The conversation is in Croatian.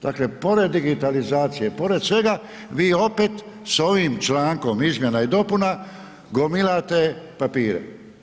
Dakle, pored digitalizacije, pored svega, vi opet s ovim člankom izmjena i dopuna gomilate papire.